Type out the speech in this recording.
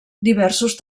diversos